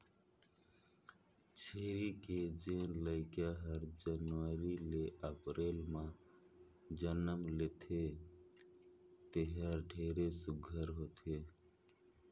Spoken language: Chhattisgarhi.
छेरी के जेन लइका हर जनवरी ले अपरेल में जनम लेथे तेहर ढेरे सुग्घर होथे